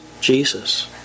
Jesus